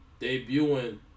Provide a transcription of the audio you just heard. Debuting